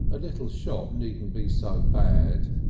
a little shop needn't be so bad.